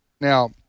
Now